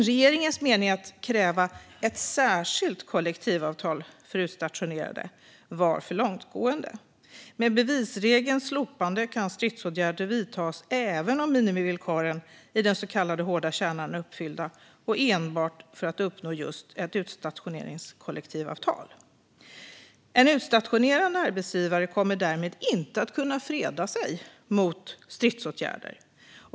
Regeringens mening att kräva ett särskilt kollektivavtal för utstationerade var för långtgående. Med bevisregelns slopande kan stridsåtgärder vidtas även om minimivillkoren i den så kallade hårda kärnan är uppfyllda och enbart för att uppnå just ett utstationeringskollektivavtal. En utstationerande arbetsgivare kommer därmed inte att kunna freda sig mot stridsåtgärder.